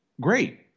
great